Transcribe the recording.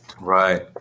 Right